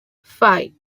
five